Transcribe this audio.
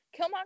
Killmonger